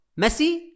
Messi